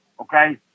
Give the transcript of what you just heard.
okay